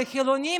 לחילונים,